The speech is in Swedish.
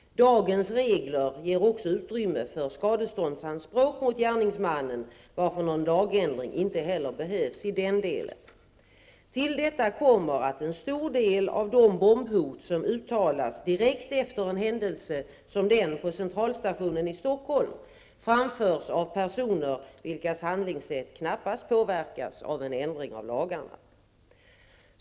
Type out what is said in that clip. Dagens regler ger också utrymme för skadeståndsanspråk mot gärningsmannen, varför någon lagändring inte heller behövs i den delen. Till detta kommer att en stor del av de bombhot som uttalas direkt efter en händelse som den på Centralstationen i Stockholm framförs av personer vilkas handlingssätt knappast påverkas av en ändring av lagarna.